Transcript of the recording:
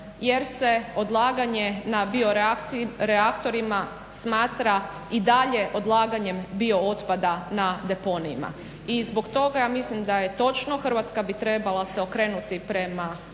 Jer se odlaganje na bio reaktorima smatra i dalje odlaganjem bio otpada na deponijima. I zbog toga, ja mislim da je točno, Hrvatska bi trebala se okrenuti prema